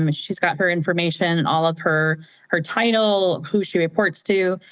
um she's got her information and all of her her title, who she reports to,